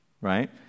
right